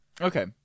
okay